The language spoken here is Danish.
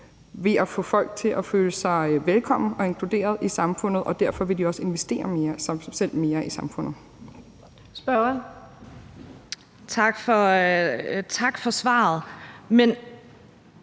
ved at få folk til at føle sig velkomne og inkluderet i samfundet, fordi de derfor også vil investere sig selv mere i samfundet. Kl. 16:50 Den fg. formand